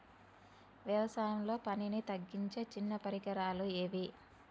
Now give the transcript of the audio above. వ్యవసాయంలో పనిని తగ్గించే చిన్న పరికరాలు ఏవి?